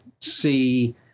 see